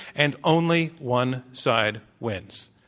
and only one side wins.